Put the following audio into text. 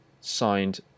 signed